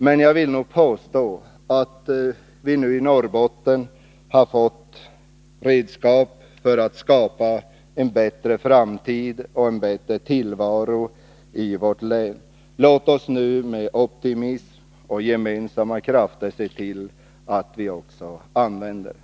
Men jag vill nog påstå att vi nu i Norrbotten har fått redskap för att skapa en bättre framtid och en bättre tillvaro i vårt län. Låt oss nu med optimism och gemensamma krafter se till att vi också använder dem.